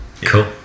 Cool